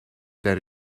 that